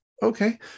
Okay